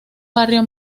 barrio